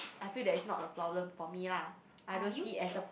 I feel that it's not a problem for me lah I don't see as a